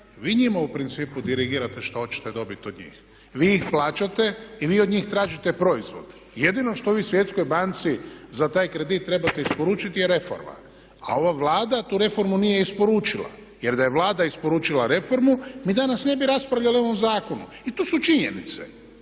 vi njima u principu dirigirate što oćete dobiti o njih, vi ih plaćate i vi od njih tražite proizvod. I jedino što vi Svjetskoj banci za taj krediti trebate isporučiti je reforma. A ova Vlada tu reformu nije isporučila. Jer da je Vlada isporučila reformu mi danas ne bi raspravljali o ovom zakonu. I to su činjenice.